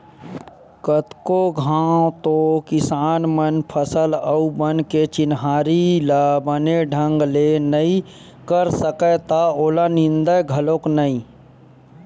कतको घांव तो किसान मन फसल अउ बन के चिन्हारी ल बने ढंग ले नइ कर सकय त ओला निंदय घलोक नइ